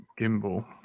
Gimbal